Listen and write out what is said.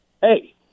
Hey